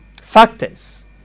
factors